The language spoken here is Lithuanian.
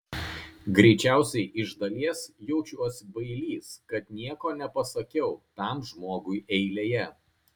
greičiausiai iš dalies jaučiuosi bailys kad nieko nepasakiau tam žmogui eilėje